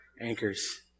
anchors